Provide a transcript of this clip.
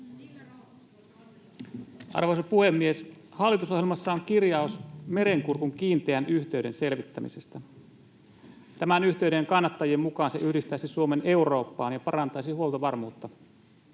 Arvoisa puhemies! Hallitusohjelmassa on kirjaus Merenkurkun kiinteän yhteyden selvittämisestä. Tämän yhteyden kannattajien mukaan se yhdistäisi Suomen Eurooppaan ja parantaisi huoltovarmuutta.